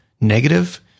negative